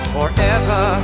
Forever